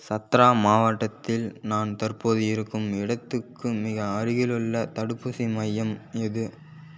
சத்ரா மாவட்டத்தில் நான் தற்போது இருக்கும் இடத்துக்கு மிக அருகிலுள்ள தடுப்பூசி மையம் எது